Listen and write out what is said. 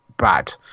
bad